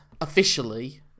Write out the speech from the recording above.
officially